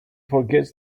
forgets